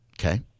Okay